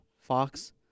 Fox